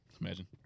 Imagine